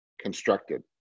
Constructed